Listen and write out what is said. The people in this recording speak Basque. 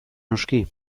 noski